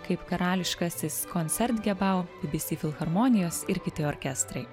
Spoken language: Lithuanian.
kaip karališkasis koncertgebau bbc filharmonijos ir kiti orkestrai